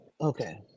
Okay